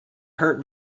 hurt